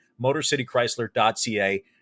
motorcitychrysler.ca